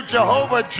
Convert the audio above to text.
Jehovah